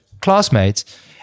Classmates